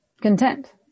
content